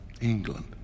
England